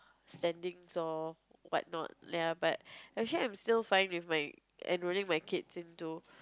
standings or whatnot ya but actually I'm still fine with my enrolling my kids into